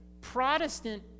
Protestant